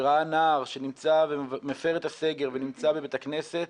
וכשראה נער שמפר את הסגר ונמצא בבית הכנסת,